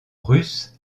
russe